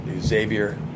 Xavier